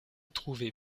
trouver